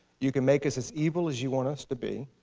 you can make us as evil as you want us to be.